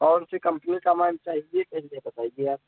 कौन सी कम्पनी का मैम चाहिए पहले बताइए आप